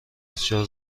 بسیار